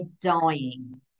dying